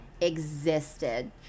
existed